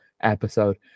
episode